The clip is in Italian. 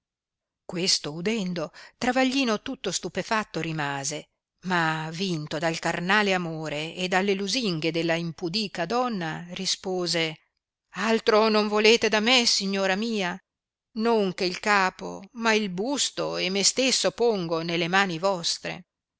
questo udendo travaglino tutto stupefatto rimase ma vinto dal carnale amore e dalle lusinghe della impudica donna rispose altro non volete da me signora mia non che il capo ma il busto e me stesso pongo nelle mani vostre